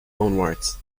onwards